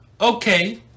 Okay